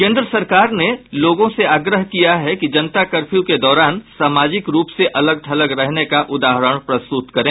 केंद्र सरकार ने लोगों से आग्रह किया है कि जनता कर्फ्यू के दौरान सामाजिक रूप से अलग थलग रहने का उदाहरण प्रस्तुत करें